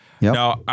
Now